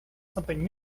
something